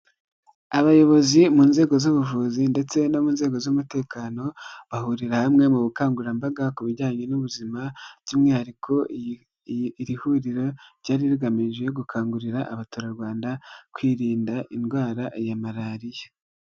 Abayobozi mu nzego z'ubuvuzi ndetse no mu nzego z'umutekano bahurira hamwe mu bukangurambaga ku bijyanye n'ubuzima by'umwihariko iri huriro ryari rigamije gukangurira abaturarwanda kwirinda indwara ya malariya.